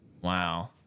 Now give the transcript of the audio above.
Wow